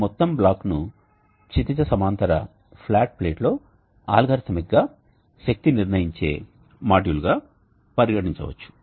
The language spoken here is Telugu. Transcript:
ఈ మొత్తం బ్లాక్ను క్షితిజ సమాంతర ఫ్లాట్ ప్లేట్ లో ఆల్గారిథమిక్గా శక్తి నిర్ణయించే మాడ్యూల్గా పరిగణించవచ్చు